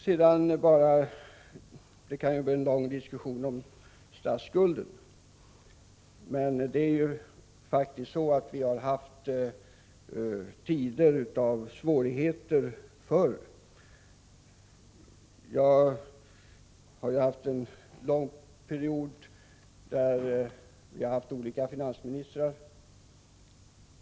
Det skulle kunna bli en lång diskussion om statsskulden, men jag vill bara säga: Vi har dock haft tider av svårigheter förr. Jag har varit med under många perioder, och vi har under den tiden haft olika finansministrar.